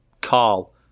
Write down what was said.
Carl